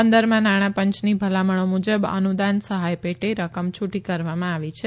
પંદરમાં નાણાં પંચની ભલામણો મુજબ અનુદાન સહાય પેટે રકમ છૂટી કરવામાં આવી છે